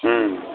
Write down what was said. ह्म्म